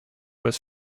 was